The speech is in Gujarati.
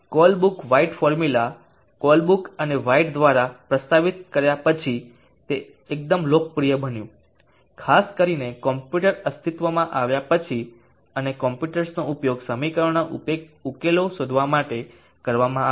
કોલબ્રુક વ્હાઇટ ફોર્મ્યુલા કોલબ્રુક અને વ્હાઇટ દ્વારા પ્રસ્તાવિત કર્યા પછી તે એકદમ લોકપ્રિય બન્યું ખાસ કરીને કમ્પ્યુટર અસ્તિત્વમાં આવ્યા પછી અને કમ્પ્યુટર્સનો ઉપયોગ સમીકરણોના ઉકેલો શોધવા માટે કરવામાં આવ્યાં